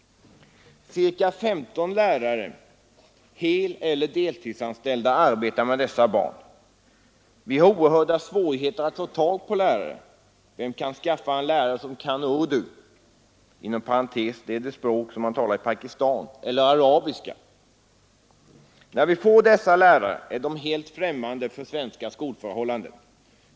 Ca 15 lärare — heleller deltidsanställda — arbetar med dessa barn. Vi har oerhörda svårigheter att få tag på lärare. Vem kan t.ex. skaffa en lärare som förstår urdu — det språk som talas i Pakistan — eller arabiska? När vi får sådana lärare är de helt främmande för svenska skolförhållanden.